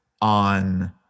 on